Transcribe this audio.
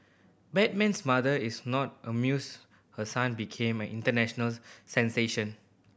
Batman's mother is not amused her son became an international sensation